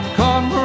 come